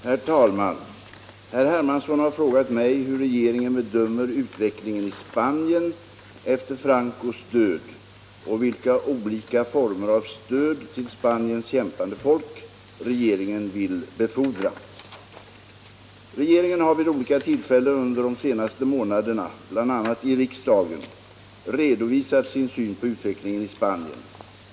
76, och anförde: Herr talman! Herr Hermansson har frågat mig hur regeringen bedömer utvecklingen i Spanien efter Francos död och vilka olika former av stöd till Spaniens kämpande folk regeringen vill befordra. Regeringen har vid olika tillfällen under de senaste månaderna — bl.a. i riksdagen — redovisat sin syn på utvecklingen i Spanien.